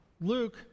Luke